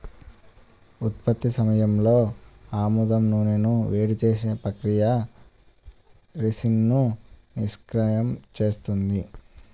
ఉత్పత్తి సమయంలో ఆముదం నూనెను వేడి చేసే ప్రక్రియ రిసిన్ను నిష్క్రియం చేస్తుంది